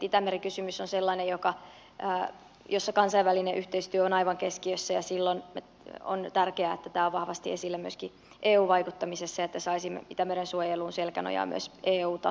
itämeri kysymys on sellainen jossa kansainvälinen yhteistyö on aivan keskiössä ja silloin on tärkeää että tämä on vahvasti esillä myöskin eu vaikuttamisessa että saisimme itämeren suojeluun selkänojaa myös eu tasolta